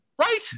Right